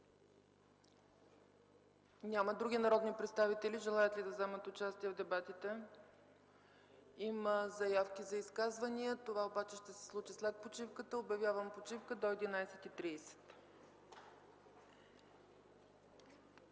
Няма. Други народни представители желаят ли да вземат участие в дебатите? Има заявки за изказвания – това обаче ще се случи след почивката. Обявявам почивка до 11,30